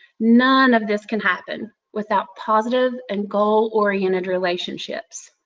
none of this can happen without positive and goal-oriented relationships.